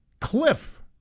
Cliff